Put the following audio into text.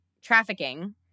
trafficking